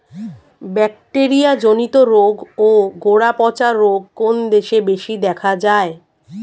Bacteria জনিত রোগ ও গোড়া পচা রোগ কোন দেশে বেশি দেখা যায়?